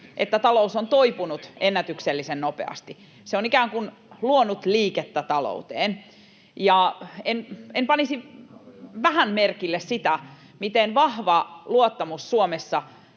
että talous on toipunut ennätyksellisen nopeasti. Se on ikään kuin luonut liikettä talouteen. En panisi mitenkään vähän merkille sitä, miten vahva luottamus Suomessa,